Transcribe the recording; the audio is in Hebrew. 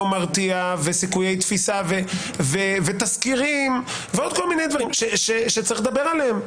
מרתיע וסיכויי תפיסה ותזכירים ועוד דברים שצריך לדבר עליהם.